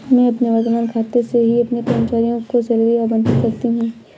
मैं अपने वर्तमान खाते से ही अपने कर्मचारियों को सैलरी आबंटित करती हूँ